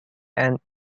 and